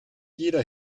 jeder